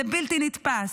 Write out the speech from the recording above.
זה בלתי נתפס.